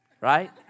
right